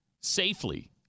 safely